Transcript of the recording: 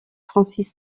francis